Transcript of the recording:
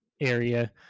area